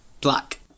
Black